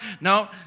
No